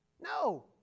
No